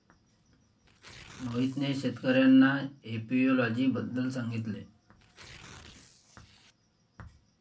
मोहितने शेतकर्यांना एपियोलॉजी बद्दल सांगितले